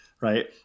right